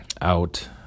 out